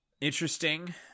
interesting